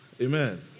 Amen